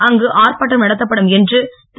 அங்கு ஆர்ப்பாட்டம் நடத்தப்படும் என்று திரு